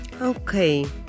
okay